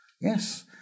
yes